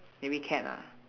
maybe cat lah